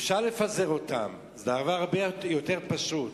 אפשר לפזר אותם, זה הרבה הרבה יותר פשוט,